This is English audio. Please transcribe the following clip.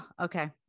Okay